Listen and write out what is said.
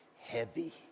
heavy